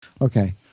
Okay